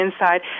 inside